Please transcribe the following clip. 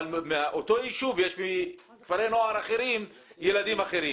אבל מאותו יישוב יש מכפרי נוער אחרים ילדים אחרים.